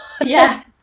Yes